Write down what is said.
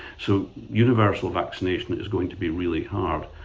so universal vaccination is going to be really hard.